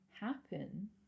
happen